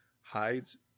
hides